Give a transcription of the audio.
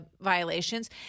violations